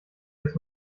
des